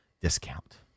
discount